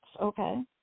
okay